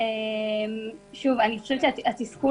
אני חושבת שהתסכול